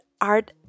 art